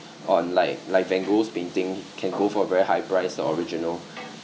on like like van gogh's painting can go for very high price the original